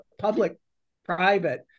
public-private